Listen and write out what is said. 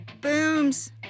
booms